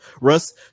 Russ